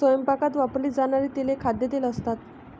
स्वयंपाकात वापरली जाणारी तेले खाद्यतेल असतात